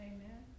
Amen